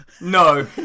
No